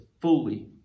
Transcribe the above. fully